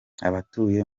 abatuye